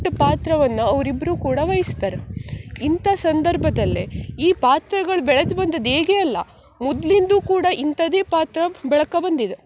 ಅಷ್ಟ್ ಪಾತ್ರವನ್ನು ಅವ್ರು ಇಬ್ಬರೂ ಕೂಡ ವೈಸ್ತಾರೆ ಇಂಥ ಸಂದರ್ಭದಲ್ಲಿ ಈ ಪಾತ್ರಗಳು ಬೆಳೆದು ಬಂದದ್ದು ಹೇಗೆ ಅಲ್ಲ ಮೊದ್ಲಿಂದೂ ಕೂಡ ಇಂಥದೇ ಪಾತ್ರ ಬೆಳಕೊ ಬಂದಿದೆ